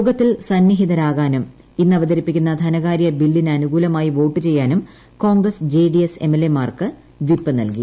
യോഗത്തിൽ സന്നിഹിതരായിരിക്കാനും ഇന്നവതരിപ്പിക്കുന്ന ധനകാര്യ ബില്ലിനനുകൂലമായി വോട്ട് ചെയ്യാനും കോൺഗ്രസ് ജെഡിഎസ് എംഎൽഎമാർക്ക് വിപ്പ് നൽകി